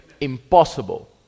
Impossible